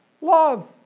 Love